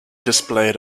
displayed